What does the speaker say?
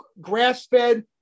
grass-fed